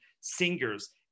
singers